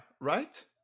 right